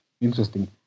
interesting